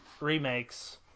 remakes